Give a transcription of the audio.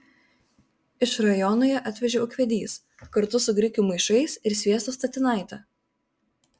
iš rajono ją atvežė ūkvedys kartu su grikių maišais ir sviesto statinaite